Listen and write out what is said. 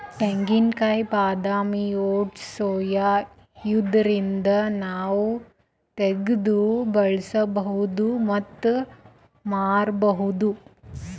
ತೆಂಗಿನಕಾಯಿ ಬಾದಾಮಿ oats soya ಇವ್ದರಿಂದ್ ನಾವ್ ತಗ್ದ್ ಬಳಸ್ಬಹುದ್ ಮತ್ತ್ ಮಾರ್ಬಹುದ್